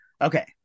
Okay